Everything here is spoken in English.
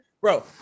Bro